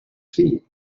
feet